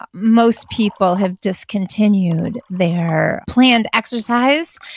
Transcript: but most people have discontinued their planned exercise.